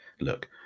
look